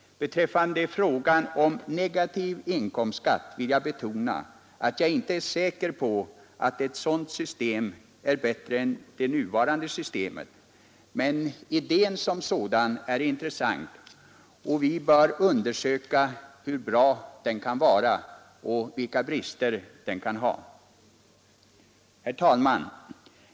Beträffande frågan om negativ inkomstskatt vill jag betona, att jag inte är säker på att ett sådant system är bättre än det nuvarande systemet, men idén är intressant och vi bör undersöka hur bra den kan vara och vilka brister den kan ha. Herr talman!